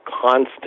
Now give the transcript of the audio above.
constant